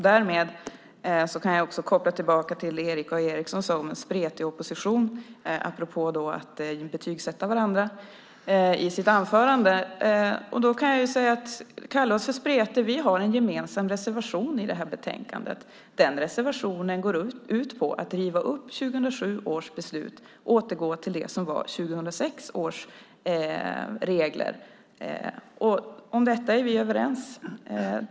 Därmed kan jag koppla tillbaka till det Erik A Eriksson sade i sitt anförande om en spretig opposition, apropå att betygssätta varandra. Han kallar oss spretiga, men vi har en gemensam reservation i detta betänkande. Den reservationen går ut på att riva upp 2007 års beslut och återgå till 2006 års regler. Om detta är vi överens.